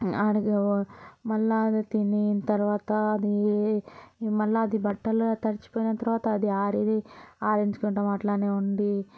మళ్ళ అది తిని తర్వాత అది మళ్ళ బట్టలు అది తడిసిపోయిన తర్వాత అది ఆరి ఆరించుకుంటాము అట్లనే ఉండి